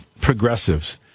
progressives